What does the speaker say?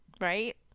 Right